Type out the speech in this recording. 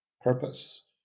purpose